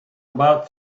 about